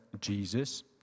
Jesus